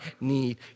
need